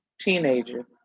teenager